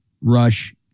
rush